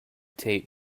tape